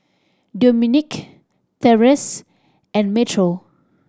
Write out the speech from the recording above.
Domonique Terese and Metro